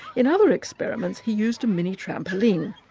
in other experiments he used a mini-trampoline.